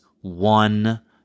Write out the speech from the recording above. one